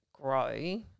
Grow